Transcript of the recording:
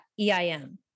EIM